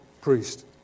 priest